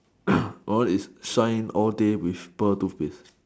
my one is shine all day with pearl toothpaste